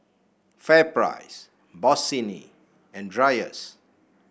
FairPrice Bossini and Dreyers